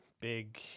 big